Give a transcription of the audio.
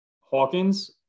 Hawkins